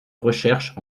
recherche